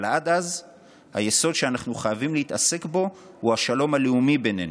אבל עד אז היסוד שאנו חייבים להתעסק בו הוא השלום הלאומי בינינו,